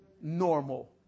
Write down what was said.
normal